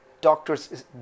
Doctors